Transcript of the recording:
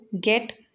get